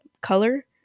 color